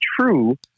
true